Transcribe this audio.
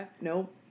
nope